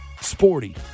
Sporty